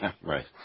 Right